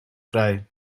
vrij